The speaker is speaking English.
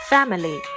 Family